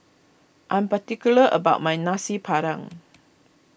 I am particular about my Nasi Padang